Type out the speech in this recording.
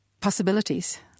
possibilities